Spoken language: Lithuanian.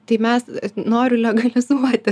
tai mes noriu legalizuoti